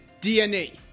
DNA